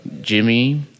Jimmy